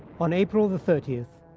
on april the thirtieth,